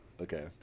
Okay